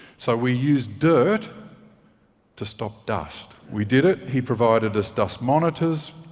so we used dirt to stop dust. we did it. he provided us dust monitors.